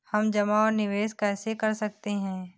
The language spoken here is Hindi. हम जमा और निवेश कैसे कर सकते हैं?